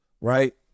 Right